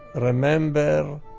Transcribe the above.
and remember,